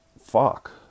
fuck